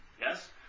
yes